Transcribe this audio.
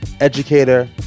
educator